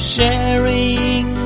Sharing